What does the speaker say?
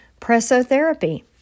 Pressotherapy